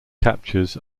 captures